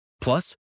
Plus